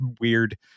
weird